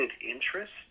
interest